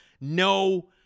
no